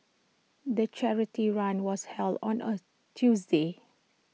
the charity run was held on A Tuesday